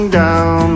down